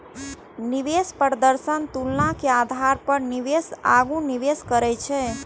निवेश प्रदर्शनक तुलना के आधार पर निवेशक आगू निवेश करै छै